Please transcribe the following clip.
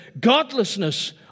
godlessness